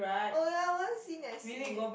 oh ya I want see Nessie